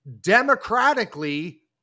democratically